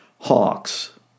hawks